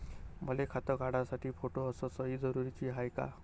मले खातं काढासाठी फोटो अस सयी जरुरीची हाय का?